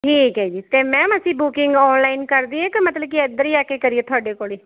ਠੀਕ ਹੈ ਜੀ ਅਤੇੇ ਮੈਮ ਅਸੀਂ ਬੁਕਿੰਗ ਔਨਲਾਈਨ ਕਰ ਦਈਏ ਕਿ ਮਤਲਬ ਕੀ ਇਧਰ ਹੀ ਆ ਕੇ ਕਰੀਏ ਤੁਹਾਡੇ ਕੋਲ ਹੀ